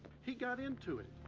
he got into it.